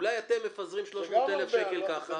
אולי אתם מפזרים 300,000 שקל ככה.